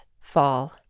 fall